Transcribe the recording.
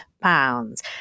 pounds